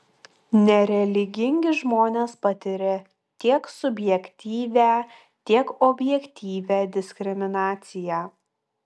nereligingi žmonės patiria tiek subjektyvią tiek objektyvią diskriminaciją